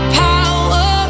power